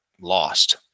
lost